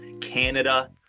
Canada